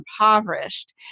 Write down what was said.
impoverished